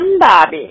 Bobby